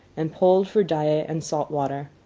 and pulled for dyea and salt water.